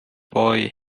boy